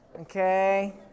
Okay